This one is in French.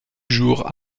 jours